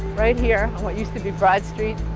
right here, on what used to be broad street,